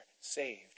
saved